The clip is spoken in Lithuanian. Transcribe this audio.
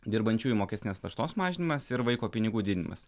dirbančiųjų mokestinės naštos mažinimas ir vaiko pinigų didinimas